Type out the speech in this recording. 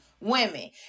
women